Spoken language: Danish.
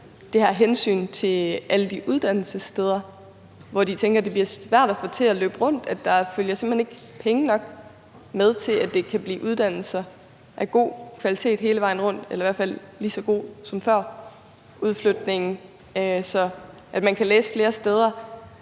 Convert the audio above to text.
det her hensyn til alle de uddannelsessteder, som tænker, at det bliver svært at få det til at løbe rundt, og at der simpelt hen ikke følger penge nok med til, at der kan komme uddannelser af god kvalitet hele vejen rundt – eller i hvert fald lige så god kvalitet som før udflytningen. Så skal det, at man kan læse flere steder,